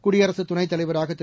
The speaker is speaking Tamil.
குடியரசு துணைத் தலைவராக திரு